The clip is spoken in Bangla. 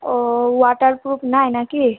ও ওয়াটারপ্রুফ নয় না কি